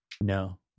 No